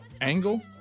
Angle